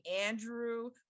Andrew